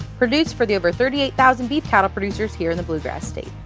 produced for the over thirty eight thousand beef cattle producers here in the bluegrass state.